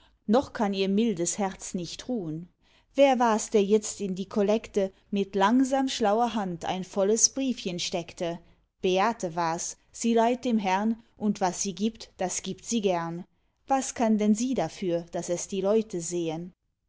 noch kann ihr mildes herz nicht ruhn wer wars der itzt in die kollekte mit langsam schlauer hand ein volles briefchen steckte beate wars sie leiht dem herrn und was sie gibt das gibt sie gern was kann denn sie dafür daß es die leute sehen